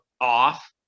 off